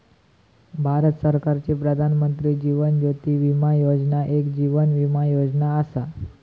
भारत सरकारची प्रधानमंत्री जीवन ज्योती विमा योजना एक जीवन विमा योजना असा